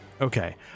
Okay